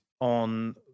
on